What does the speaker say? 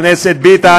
חבר הכנסת ביטן,